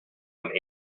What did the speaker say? und